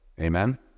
amen